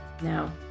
Now